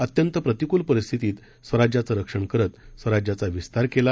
अत्यंतप्रतिकूलपरिस्थितीतस्वराज्याचंरक्षणकरतस्वराज्याचाविस्तारकेला